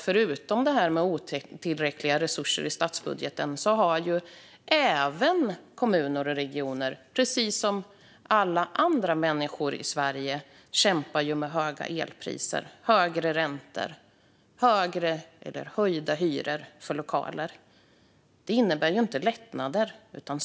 Förutom otillräckliga resurser i statsbudgeten kämpar kommuner och regioner liksom många andra i Sverige med höga elpriser, högre räntor och höjda hyror för lokaler.